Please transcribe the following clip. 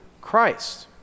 Christ